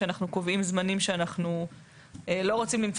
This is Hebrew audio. שאנחנו בוועדה קובעים זמנים כאלה כי אנחנו לא רוצים למצוא